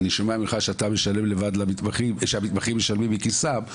ואני שומע ממך שהמתמחים משלמים מכיסם,